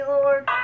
Lord